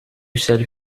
celle